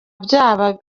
byaba